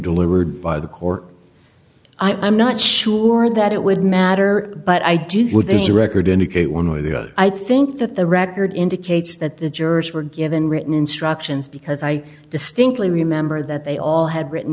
delivered by the court i'm not sure that it would matter but i did with the record indicate one way or the other i think that the record indicates that the jurors were given written instructions because i distinctly remember that they all had written